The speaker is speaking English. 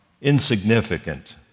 insignificant